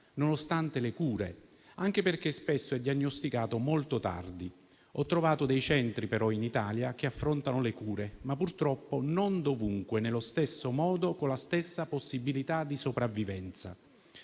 nonostante le cure, anche perché spesso è diagnosticato molto tardi. Ho trovato dei centri però in Italia che affrontano le cure, ma purtroppo non dovunque nello stesso modo, con la stessa possibilità di sopravvivenza.